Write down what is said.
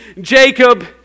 Jacob